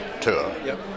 tour